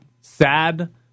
Sad